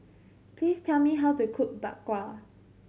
please tell me how to cook Bak Kwa